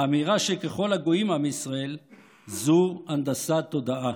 האמירה שככל הגויים עם ישראל זו הנדסת תודעה.